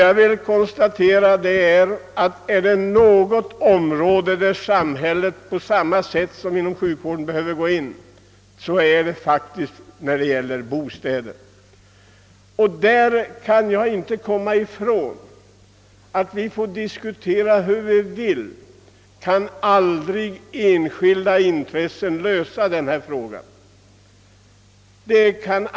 Jag konstaterar bara att om det finns något område där samhället nu måste gå in på samma sätt som skedde med sjukvården, så är det bostadsområdet. Hur vi än resonerar kommer vi aldrig ifrån att enskilda intressen inte kan lösa bostadsproblemen.